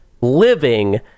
living